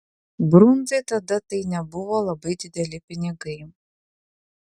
brundzai tada tai nebuvo labai dideli pinigai